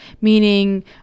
meaning